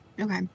Okay